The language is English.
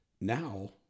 Now